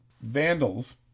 vandals